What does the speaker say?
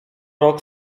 rok